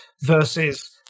Versus